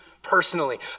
personally